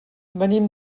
venim